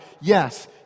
yes